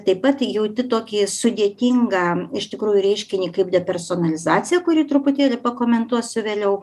taip pat jauti tokį sudėtingą iš tikrųjų reiškinį kaip depersonalizacija kurį truputėlį pakomentuosiu vėliau